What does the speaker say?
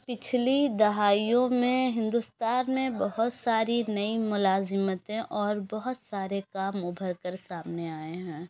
پچھلی دہائیوں میں ہندوستان میں بہت ساری نئی ملازمتیں اور بہت سارے کام ابھر کر سامنے آئے ہیں